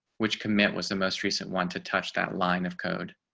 which commit was the most recent one to touch that line of code.